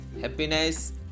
Happiness